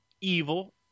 evil